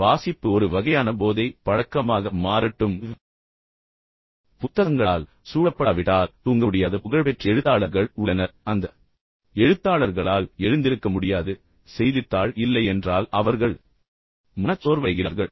வாசிப்பு ஒரு வகையான போதை பழக்கமாக மாறட்டும் புத்தகங்களால் சூழப்படாவிட்டால் தூங்க முடியாத புகழ்பெற்ற எழுத்தாளர்கள் உள்ளனர் அந்த எழுத்தாளர்களால் எழுந்திருக்க முடியாது செய்தித்தாள் இல்லையென்றால் அவர்கள் மனச்சோர்வடைகிறார்கள்